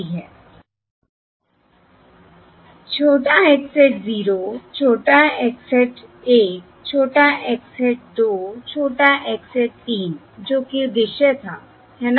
छोटा x hat 0 छोटा x hat 1 छोटा x hat 2 छोटा x hat 3 जो कि उद्देश्य था है ना